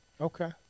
Okay